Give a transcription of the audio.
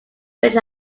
which